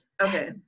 okay